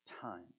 time